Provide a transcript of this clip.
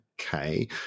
Okay